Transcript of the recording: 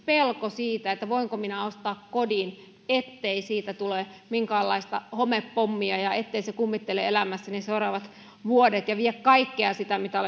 pelko siitä voiko ostaa kodin ettei siitä tule minkäänlaista homepommia ja ettei se kummittele elämässä seuraavat vuodet ja vie kaikkea sitä mitä